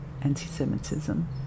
anti-Semitism